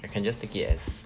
you can just take it as